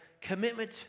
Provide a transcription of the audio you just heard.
commitment